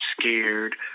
Scared